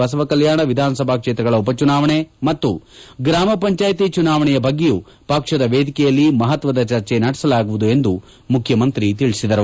ಬಸವಕಲ್ಯಾಣ ವಿಧಾನಸಭಾ ಕ್ಷೇತ್ರಗಳ ಉಪಚುನಾವಣೆ ಮತ್ತು ಗ್ರಾಮ ಪಂಚಾಯಿತಿ ಚುನಾವಣೆಯ ಬಗ್ಗೆಯೂ ಪಕ್ಷದ ವೇದಿಕೆಯಲ್ಲಿ ಮಹತ್ವದ ಚರ್ಚೆ ನಡೆಸಲಾಗುವುದು ಎಂದು ಮುಖ್ಯಮಂತ್ರಿ ತಿಳಿಸಿದರು